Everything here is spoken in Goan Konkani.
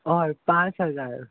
हय पांच हजार